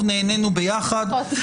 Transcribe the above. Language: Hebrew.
נכון?